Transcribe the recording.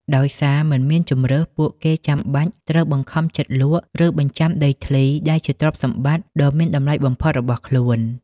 ដោយសារមិនមានជម្រើស ពួកគេចាំបាច់ត្រូវបង្ខំចិត្តលក់ ឬបញ្ចាំដីធ្លីដែលជាទ្រព្យសម្បត្តិដ៏មានតម្លៃបំផុតរបស់ខ្លួន។